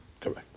Correct